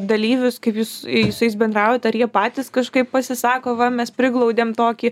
dalyvius kaip jūs su jais bendraujat ar jie patys kažkaip pasisako va mes priglaudėm tokį